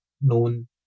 known